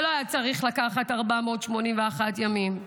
זה לא היה צריך לקחת 481 ימים,